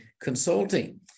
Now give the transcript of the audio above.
Consulting